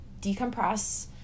decompress